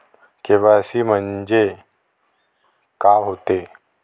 KYC म्हंनजे का होते?